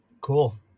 Cool